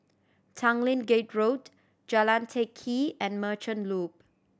Tanglin Gate Road Jalan Teck Kee and Merchant Loop